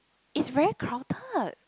it's very crowded